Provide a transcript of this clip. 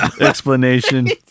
explanation